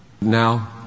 Now